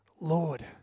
Lord